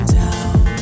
down